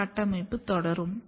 இந்த கட்டமைப்பு தொடரும்